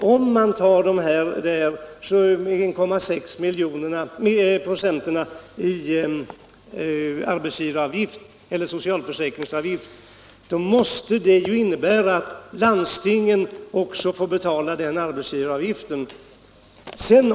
Om man tar dessa 1,6 26 i arbetsgivaravgift eller socialförsäkringsavgift måste det innebära att landstingen också får betala den arbetsgivaravgiften.